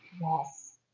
Yes